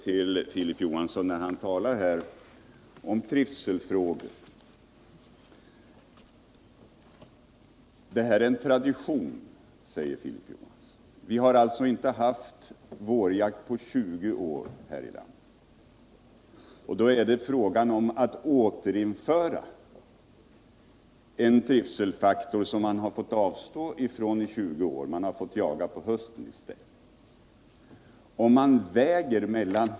Filip Johansson talar här om trivselfrågor och säger att det är tradition att man får jaga. Vi har inte haft vårjakt på 20 år här i landet, och det är alltså fråga om att återinföra en jakt som man fått avstå från i 20 år. Man har fått jaga på hösten i stället.